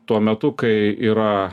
tuo metu kai yra